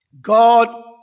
God